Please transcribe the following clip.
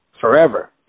forever